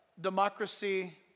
democracy